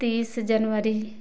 तीस जनवरी